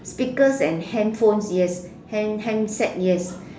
speakers and handphones yes hand handsets yes